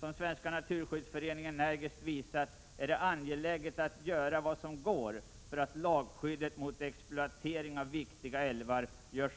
Som Svenska naturskyddsföreningen energiskt har visat är det dock angeläget att göra vad som går när det gäller att göra lagskyddet mot exploatering av viktiga älvar